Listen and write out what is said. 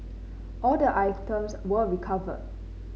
all the items were recovered